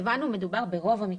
להבנתנו, מדובר ברוב המקרים.